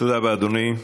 תודה רבה, אדוני.